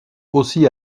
aussi